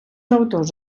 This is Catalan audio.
autors